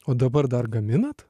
o dabar dar gaminat